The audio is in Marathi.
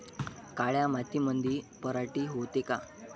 काळ्या मातीमंदी पराटी होते का?